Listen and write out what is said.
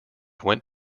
went